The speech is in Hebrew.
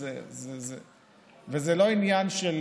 וזה לא עניין של